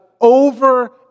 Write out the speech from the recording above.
over